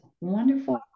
wonderful